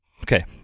okay